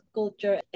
culture